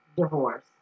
divorce